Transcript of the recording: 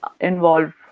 involve